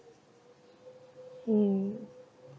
mm